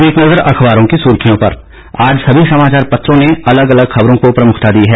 अब एक नज़र अखबारों की सुर्खियों पर आज सभी समाचार पत्रों ने अलग अलग खबरों को प्रमुखता दी है